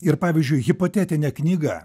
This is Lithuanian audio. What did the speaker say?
ir pavyzdžiui hipotetinė knyga